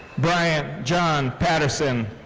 bryant john patterson.